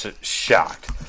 shocked